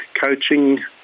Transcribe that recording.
coaching